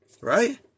right